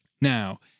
Now